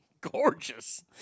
gorgeous